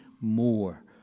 more